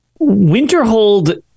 Winterhold